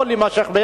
הוא לא יכול להימשך.